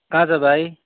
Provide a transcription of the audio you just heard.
कहाँ छ भाइ